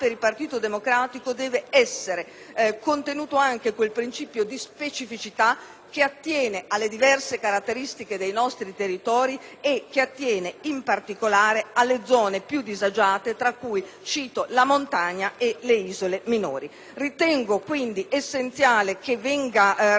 che attiene alle diverse caratteristiche dei nostri territori e in particolare alle zone più disagiate, tra cui cito la montagna e le isole minori. Ritengo quindi essenziale che venga accolto questo emendamento, che mi rendo conto può apparire come una duplicazione, ma mette il punto definitivo